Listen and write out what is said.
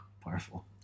Powerful